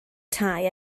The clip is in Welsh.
tai